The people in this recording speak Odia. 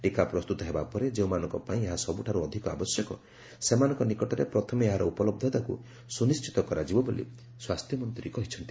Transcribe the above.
ଟୀକା ପ୍ରସ୍ତୁତ ହେବା ପରେ ଯେଉଁମାନଙ୍କପାଇଁ ଏହା ସବୁଠାରୁ ଅଧିକ ଆବଶ୍ୟକ ସେମାନଙ୍କ ନିକଟରେ ପ୍ରଥମେ ଏହାର ଉପଲହ୍ଧତାକୁ ସୁନିଣ୍ଢିତ କରାଯିବ ବୋଲି ସ୍ୱାସ୍ଥ୍ୟମନ୍ତ୍ରୀ କହିଛନ୍ତି